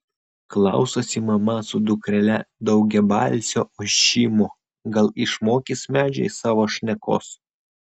klausosi mama su dukrele daugiabalsio ošimo gal išmokys medžiai savo šnekos